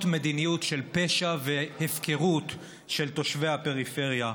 מדיניות של פשע והפקרות של תושבי הפריפריה.